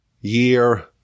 year